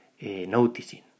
noticing